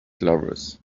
clovers